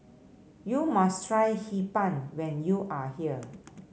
you must try Hee Pan when you are here